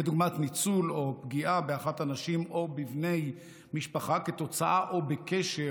כדוגמת ניצול או פגיעה באחת הנשים או בבני משפחה כתוצאה או בקשר